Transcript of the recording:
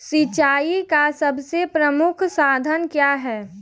सिंचाई का सबसे प्रमुख साधन क्या है?